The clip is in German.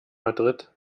madrid